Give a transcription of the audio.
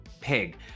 pig